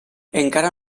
encara